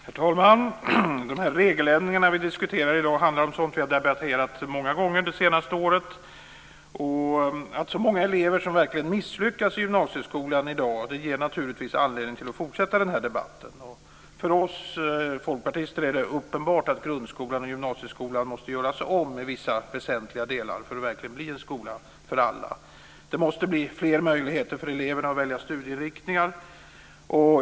Herr talman! De regeländringar som vi diskuterar i dag handlar om sådant som vi har debatterat många gånger det senaste året. Att så många elever verkligen misslyckas i gymnasieskolan i dag ger naturligtvis anledning att fortsätta denna debatt. För oss folkpartister är det uppenbart att grundskolan och gymnasieskolan måste göras om i vissa väsentliga delar för att verkligen bli en skola för alla. Det måste bli fler möjligheter för eleverna att välja studieinriktningar.